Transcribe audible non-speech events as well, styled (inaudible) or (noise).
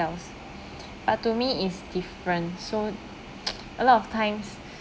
but to me is different so (noise) a lot of times